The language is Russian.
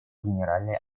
генеральной